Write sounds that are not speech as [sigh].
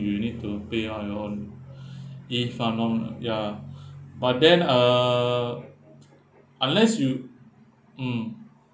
you need to pay on your own [breath] if uh normal ya [breath] but then uh unless you mm